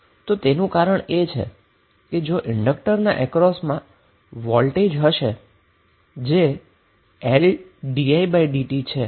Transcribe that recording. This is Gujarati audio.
તો તેનું કારણ એ છે કે જો તમે ઈન્ડક્ટરના અક્રોસ માં વોલ્ટેજ જોશો તો તે Ldidt છે